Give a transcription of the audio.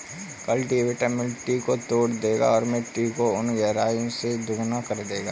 cultivator मिट्टी को तोड़ देगा और मिट्टी को उन गहराई से दोगुना कर देगा